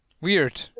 Weird